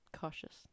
cautious